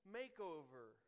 makeover